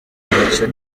make